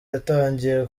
yatangiye